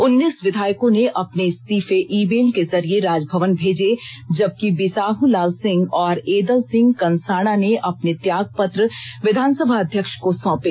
उन्नीस विधायकों ने अपने इस्तीफे ई मेल के जरिए राजभवन भेजे जबकि बिसाहूलाल सिंह और एदल सिंह कनसाणा ने अपने त्यागपत्र विधानसभा अध्यक्ष को सौंपे